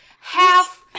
half